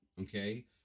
okay